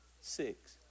six